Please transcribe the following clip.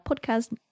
podcast